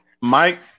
Mike